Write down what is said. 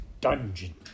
dungeon